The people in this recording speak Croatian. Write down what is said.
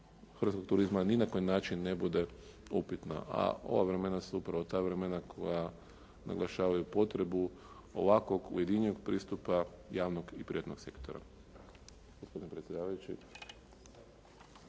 hrvatskog turizma ni na koji način ne bude upitna, a ova vremena su upravo ta vremena koja naglašavaju potrebu ovakvog ujedinjenog pristupa javnog i privatnog sektora.